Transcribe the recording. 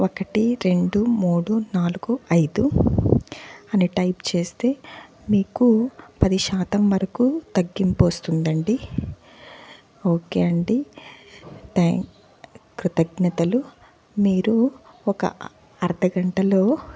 ఒకటి రెండు మూడు నాలుగు ఐదు అని టైప్ చేస్తే మీకు పది శాతం వరకు తగ్గింపు వస్తుందండి ఓకే అండి థ్యా కృతజ్ఞతలు మీరూ ఒక అర్ధగంటలో